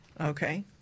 Okay